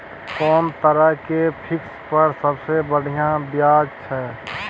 कोन तरह के फिक्स पर सबसे बढ़िया ब्याज छै?